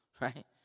right